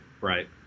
Right